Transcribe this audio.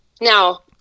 Now